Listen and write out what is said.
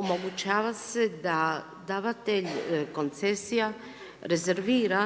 omogućava se da davatelj koncesija rezervira